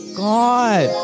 god